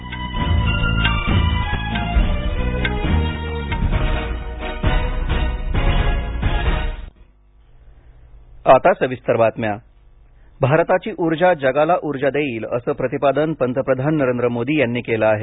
पंतप्रधान तेल भारताची ऊर्जा जगाला उर्जा देईल असं प्रतिपादन पंतप्रधान नरेंद्र मोदी यांनी केलं आहे